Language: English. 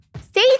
Stay